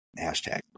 Hashtag